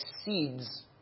exceeds